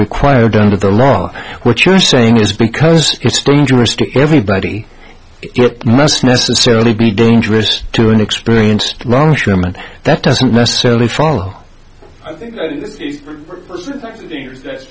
required under the law or what you're saying is because it's dangerous to everybody it must necessarily be dangerous to an experienced long term and that doesn't necessarily follow i think that's